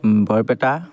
Barpeta